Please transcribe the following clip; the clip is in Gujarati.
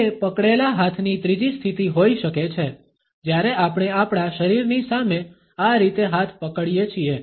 તે પકડેલા હાથની ત્રીજી સ્થિતિ હોઈ શકે છે જ્યારે આપણે આપણા શરીરની સામે આ રીતે હાથ પકડીએ છીએ